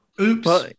Oops